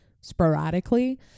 sporadically